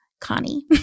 Connie